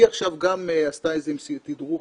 היא שלשום עשתה איזשהו תדרוך